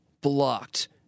blocked